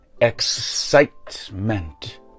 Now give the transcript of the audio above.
excitement